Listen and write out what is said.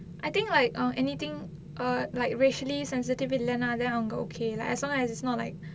I think like err anything err like racially sensetive இல்லனா அது அவங்க:illanaa athu avanga okay like as long as it's not like